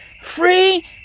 free